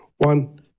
One